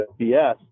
BS